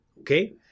okay